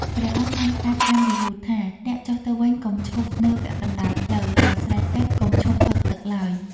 ព្រះអង្គបានផ្ដែផ្ដាំរាហូថា "អ្នកចុះទៅវិញ កុំឈប់នៅពាក់កណ្ដាលផ្លូវ បើស្រេកទឹក កុំឈប់ផឹកទឹកឡើយ"។